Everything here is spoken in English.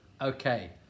Okay